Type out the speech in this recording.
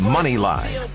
Moneyline